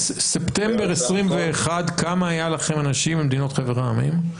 בספטמבר 21' כמה היו לכם אנשים ממדינות חבר העמים?